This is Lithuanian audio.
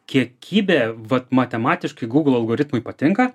kiekybė vat matematiškai google algoritmui patinka